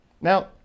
Now